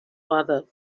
father